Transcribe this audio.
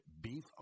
beef